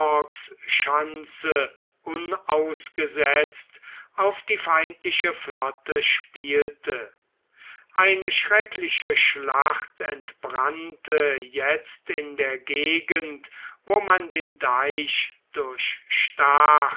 georgs schanze unausgesetzt auf die feindliche flotte spielte eine schreckliche schlacht entbrannte jetzt in der gegend wo man den deich